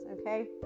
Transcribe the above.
okay